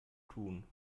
tun